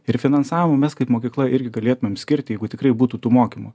ir finansavom mes kaip mokykla irgi galėtumėm skirti jeigu tikrai būtų tų mokymų